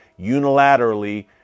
unilaterally